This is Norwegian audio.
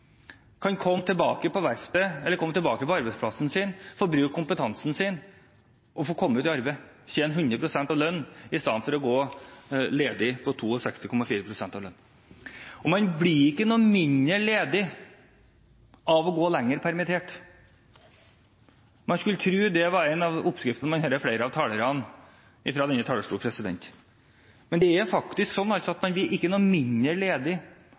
kan komme tilbake på verkstedet, komme tilbake på arbeidsplassen sin og få bruke kompetansen sin, få komme i arbeid og tjene 100 pst. lønn istedenfor å gå ledig på 62,4 pst. av lønnen. Man blir ikke noe mindre ledig av å gå lenger permittert. Man skulle tro det var en av oppskriftene, når man hører flere av talerne fra denne talerstolen. Men det er faktisk sånn at man ikke blir noe mindre ledig